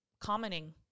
commenting